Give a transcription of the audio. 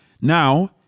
now